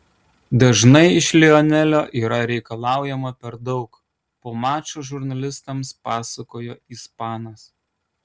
dažnai iš lionelio yra reikalaujama per daug po mačo žurnalistams pasakojo ispanas